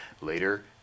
Later